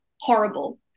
horrible